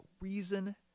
reason